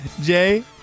Jay